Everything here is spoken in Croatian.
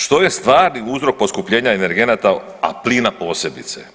Što je stvarni uzrok poskupljenja energenata, a plina posebice?